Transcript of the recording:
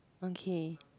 one K